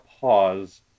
pause